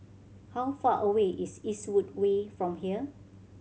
how far away is Eastwood Way from here